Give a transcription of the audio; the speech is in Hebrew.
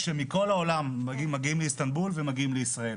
כשמכל העולם מגיעים לאיסטנבול ומשם לישראל.